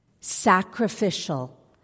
sacrificial